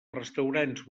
restaurants